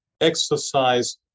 exercise